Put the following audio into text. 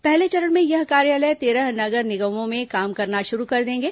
पहले चरण में यह कार्यालय तेरह नगर निगमों में काम करना शुरू कर देंगे